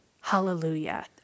Hallelujah